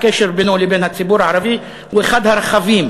הקשר בינו לבין הציבור הערבי הוא אחד הרחבים